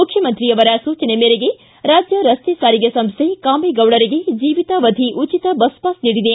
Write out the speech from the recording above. ಮುಖ್ಯಮಂತ್ರಿಯವರ ಸೂಚನೆ ಮೇರೆಗೆ ರಾಜ್ಯ ರಸ್ತೆ ಸಾರಿಗೆ ಸಂಸ್ಥೆ ಕಾಮೇಗೌಡರಿಗೆ ಜೀವಿತಾವಧಿ ಉಚಿತ ಬಸ್ ಪಾಸ್ ನೀಡಿದೆ